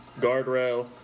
guardrail